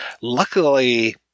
luckily